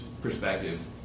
perspective